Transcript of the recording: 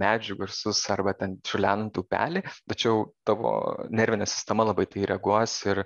medžių garsus arba ten čiurlenantį upelį tačiau tavo nervinė sistema labai į tai reaguos ir